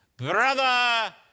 Brother